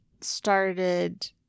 started